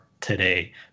today